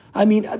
i mean,